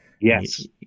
Yes